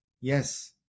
yes